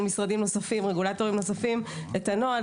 משרדים נוספים ורגולטורים נוספים את הנוהל,